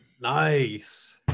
Nice